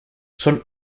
son